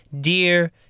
Dear